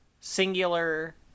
singular